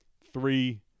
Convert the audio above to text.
three